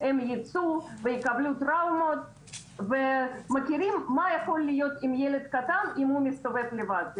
הם ייצאו ויקבלו טראומות ויודעים מה יכול להיות אם ילד קטן מסתובב לבד.